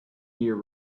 year